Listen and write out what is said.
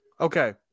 Okay